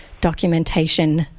documentation